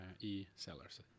e-sellers